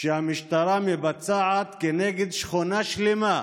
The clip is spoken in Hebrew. שהמשטרה מבצעת כנגד שכונה שלמה,